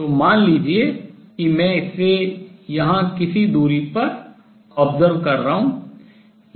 तो मान लीजिए कि मैं इसे यहाँ किसी दूर x पर देख observe कर रहा हूँ